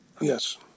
yes